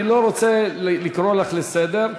אני לא רוצה לקרוא לך לסדר,